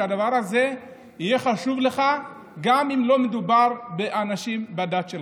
הדבר הזה חשוב לך גם אם לא מדובר באנשים מהדת שלך.